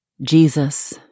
Jesus